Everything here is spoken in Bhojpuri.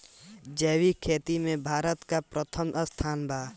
जैविक खेती में भारत का प्रथम स्थान बा